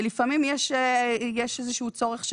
ולפעמים יש איזה שהוא צורך,